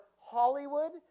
Hollywood